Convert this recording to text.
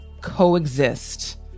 coexist